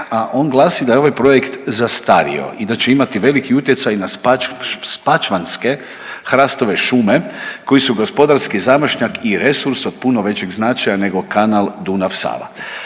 a on glasi da je ovaj projekt zastario i da će imati veliki utjecaj na spačvanske hrastove šume koji su gospodarski zamašnjak i resurs od puno većeg značaja nego kanal Dunav – Sava.